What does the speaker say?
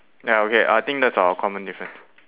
ya okay I think that's our common difference